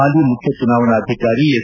ಹಾಲಿ ಮುಖ್ಯ ಚುನಾವಣಾಧಿಕಾರಿ ಎಸ್